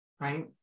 right